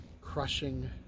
crushing